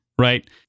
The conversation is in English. Right